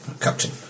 Captain